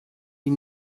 die